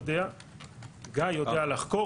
גיא יודע לחקור,